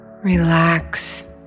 Relax